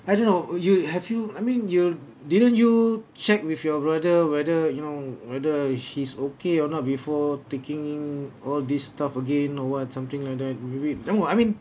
I don't know you have you I mean you didn't you check with your brother whether you know whether his okay or not before taking all this stuff again or what something like maybe I don't know I mean